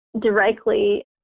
directly